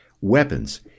weapons